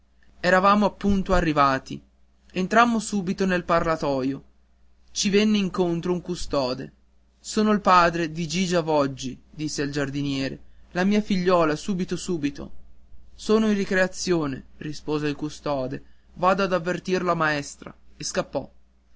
eravamo appunto arrivati entrammo subito nel parlatorio ci venne incontro un custode sono il padre di gigia voggi disse il giardiniere la mia figliuola subito subito sono in ricreazione rispose il custode vado a avvertir la maestra e scappò